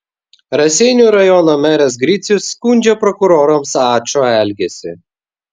raseinių rajono meras gricius skundžia prokurorams ačo elgesį